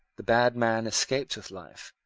the bad man escaped with life,